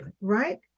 right